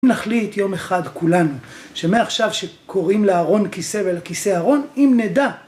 אם נחליט יום אחד כולנו, שמעכשיו שקוראים לארון כיסא ולכיסא הארון, אם נדע